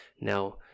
Now